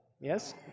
Yes